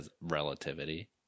relativity